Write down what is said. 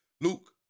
Luke